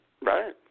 Right